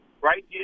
right